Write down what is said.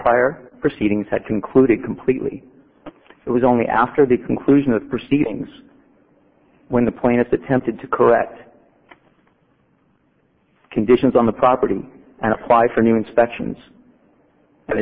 prior proceedings had concluded completely it was only after the conclusion of the proceedings when the plaintiffs attempted to correct conditions on the property and apply for new inspections and